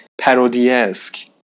parodiesque